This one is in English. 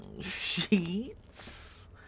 sheets